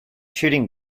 shooting